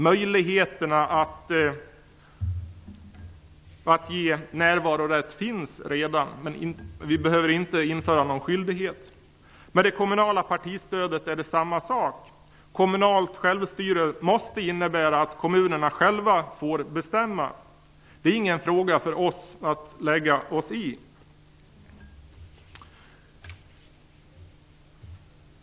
Möjligheterna att ge närvarorätt finns redan. Vi behöver inte införa någon skyldighet. Det är samma sak med det kommunala partistödet. Kommunalt självstyre måste innebära att kommunerna själva får bestämma. Det är inte en fråga som vi skall lägga oss i.